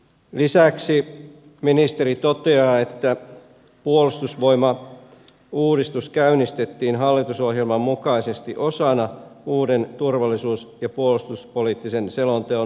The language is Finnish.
lisäksi ministeri toteaa että puolustusvoimauudistus käynnistettiin hallitusohjelman mukaisesti osana uuden turvallisuus ja puolustuspoliittisen selonteon valmistelua